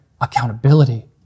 accountability